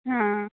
हाँ